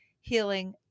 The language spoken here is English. healing